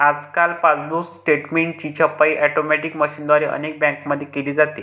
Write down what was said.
आजकाल पासबुक स्टेटमेंटची छपाई ऑटोमॅटिक मशीनद्वारे अनेक बँकांमध्ये केली जाते